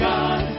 God